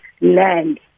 land